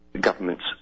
governments